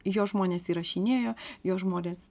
jo žmonės įrašinėjo jo žmonės